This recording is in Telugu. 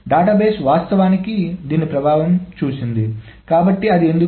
డేటాబేస్ వాస్తవానికి దీని ప్రభావాన్ని చూసింది కాబట్టి అది ఎందుకు